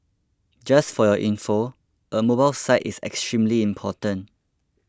just for your info a mobile site is extremely important